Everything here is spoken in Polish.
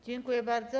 Dziękuję bardzo.